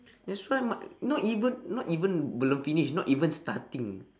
that's why mah not even not even belum finish not even starting